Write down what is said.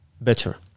better